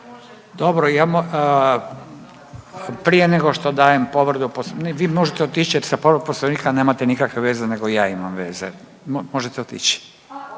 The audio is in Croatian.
Dobro, ja, prije nego što dajem povredu, vi možete otići jer sa povredom Poslovnika nemate nikakve veze nego ja imam veze, možete otići